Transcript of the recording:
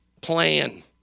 plan